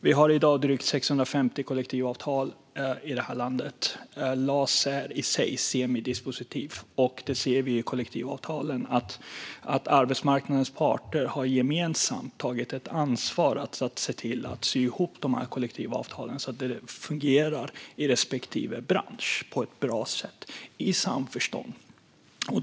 Vi har i dag drygt 650 kollektivavtal här i landet. LAS är i sig semidispositivt. Vi ser i kollektivavtalen att arbetsmarknadens parter gemensamt har tagit ett ansvar för att sy ihop kollektivavtalen så att de fungerar på ett bra sätt i samförstånd i respektive bransch.